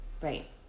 right